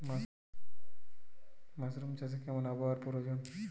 Mushroom চাষে কেমন আবহাওয়ার প্রয়োজন?